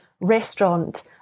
restaurant